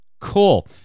cool